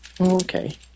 Okay